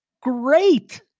great